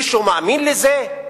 מישהו מאמין לזה?